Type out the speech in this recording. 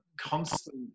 constant